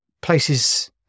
places